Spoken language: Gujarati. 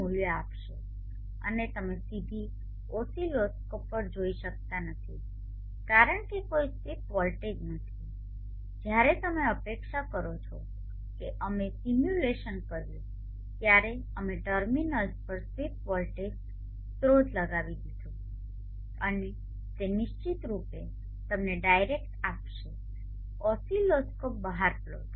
મૂલ્યો આપશે અને તમે સીધી ઓસિલોસ્કોપ પર જોઈ શકતા નથી કારણ કે કોઈ સ્વીપ વોલ્ટેજ નથી જ્યારે તમે અપેક્ષા કરો છો કે જ્યારે અમે સિમ્યુલેશન કર્યું ત્યારે અમે ટર્મિનલ્સ પર સ્વીપ વોલ્ટેજ સ્ત્રોત લગાવી દીધું અને તે નિશ્ચિત રૂપે તમને ડાયરેક્ટ આપશે ઓસિલોસ્કોપ બહાર પ્લોટ